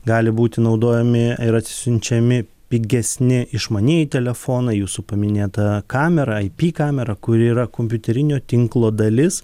gali būti naudojami ir atsisiunčiami pigesni išmanieji telefonai jūsų paminėta kamera ip kamera kuri yra kompiuterinio tinklo dalis